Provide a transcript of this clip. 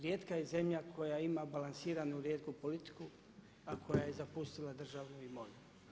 Rijetka je zemlja koja ima balansiranu rijetku politiku, a koja je zapustila državnu imovinu.